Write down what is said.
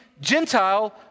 Gentile